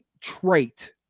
trait